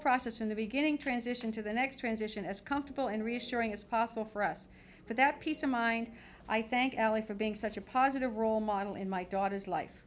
process in the beginning transition to the next transition is comfortable and reassuring is possible for us but that peace of mind i thank for being such a positive role model in my daughter's life